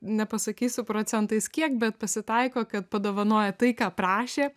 nepasakysiu procentais kiek bet pasitaiko kad padovanoja tai ką prašė